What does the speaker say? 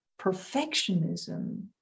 perfectionism